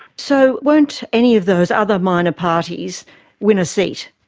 so won't any of those other minor parties win a seat?